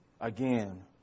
Again